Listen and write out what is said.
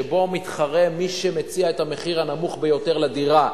שבו מתחרה מי שמציע את המחיר הנמוך ביותר לדירה.